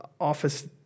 office